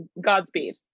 Godspeed